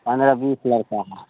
पन्द्रह बीस लड़का